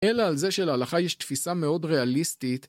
‫אלא על זה שלהלכה יש תפיסה ‫מאוד ריאליסטית.